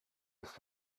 ist